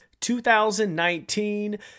2019